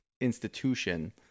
institution